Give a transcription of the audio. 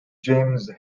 james